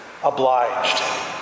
Obliged